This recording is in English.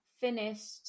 finished